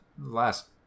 last